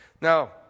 now